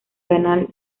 canal